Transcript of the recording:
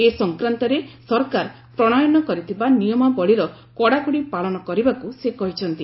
ଏ ସଂକ୍ରାନ୍ତରେ ସରକାର ପ୍ରଶୟନ କରିଥିବା ନିୟମାବଳୀର କଡ଼ାକଡ଼ି ପାଳନ କରିବାକୁ ସେ କହିଛନ୍ତି